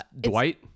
Dwight